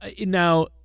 now